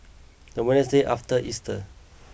the Wednesday after Easter